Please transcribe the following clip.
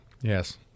Yes